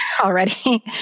already